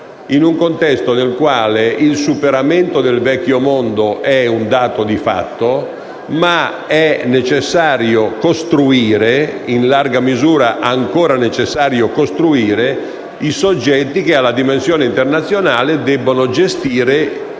in un contesto nel quale il superamento del vecchio mondo è un dato di fatto, ma in larga misura è ancora necessario costruire i soggetti che in una dimensione internazionale debbono gestire il